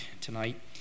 tonight